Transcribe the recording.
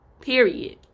Period